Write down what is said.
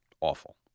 Awful